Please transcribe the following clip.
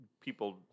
People